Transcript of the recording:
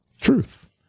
Truth